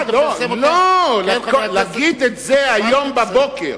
לא, אבל להגיד את זה היום בבוקר,